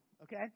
Okay